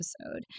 episode